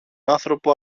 άνθρωπο